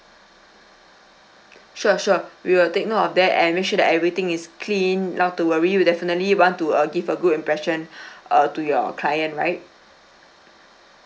sure sure we will take note of that and make sure that everything is clean not to worry you definitely want to uh give a good impression uh to your client right